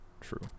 true